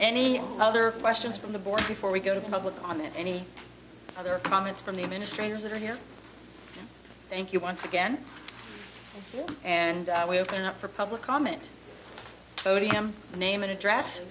any other questions from the board before we go public on any other comments from the administrators that are here thank you once again and we open up for public comment podium name and address